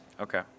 Okay